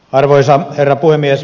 arvoisa herra puhemies